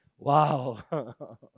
Wow